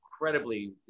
incredibly